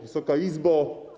Wysoka Izbo!